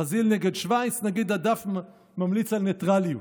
ברזיל נגד שווייץ, נגיד, הדף ממליץ על ניטרליות,